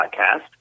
Podcast